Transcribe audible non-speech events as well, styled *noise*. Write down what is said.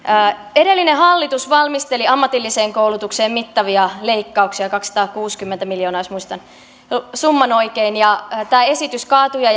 edellinen hallitus valmisteli ammatilliseen koulutukseen mittavia leikkauksia kaksisataakuusikymmentä miljoonaa jos muistan summan oikein ja tämä esitys kaatui ja *unintelligible*